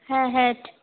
হ্যাঁ হ্যাঁ